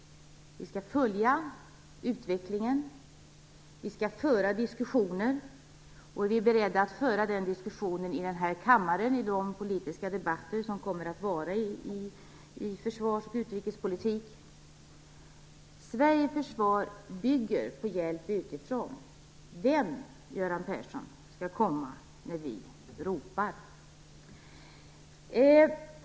Vi skall följa utvecklingen och föra diskussionen. Vi är beredda att föra den diskussionen i denna kammare under de politiska debatter som kommer att äga rum i försvars och utrikespolitik. Sveriges försvar bygger på hjälp utifrån. Vem, Göran Persson, skall komma när vi ropar?